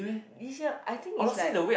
this year I think it's like